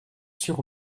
sur